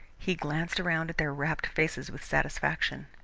he glanced around at their rapt faces with satisfaction.